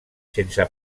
sense